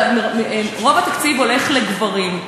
רוב התקציב הולך לגברים.